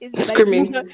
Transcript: Screaming